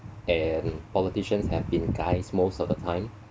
and politicians have been guys most of the time